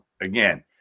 again